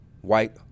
white